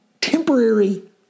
temporary